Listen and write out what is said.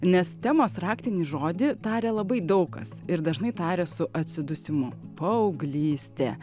nes temos raktinį žodį taria labai daug kas ir dažnai taria su atsidusimu paauglystė